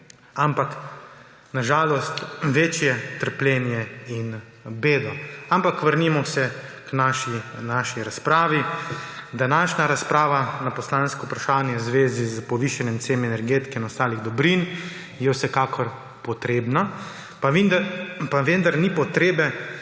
ampak na žalost večje trpljenje in bedo. Ampak vrnimo se k naši razpravi. Današnja razprava glede odgovora na poslansko vprašanje v zvezi s povišanjem cen energetike in ostalih dobrin je vsekakor potrebna, pa vendar ni potrebe,